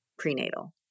Prenatal